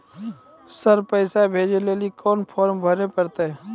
Sir पैसा भेजै लेली कोन फॉर्म भरे परतै?